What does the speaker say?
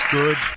good